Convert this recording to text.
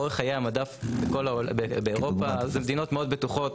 אורך חיי המדף באירופה, זה מדינות מאוד בטוחות.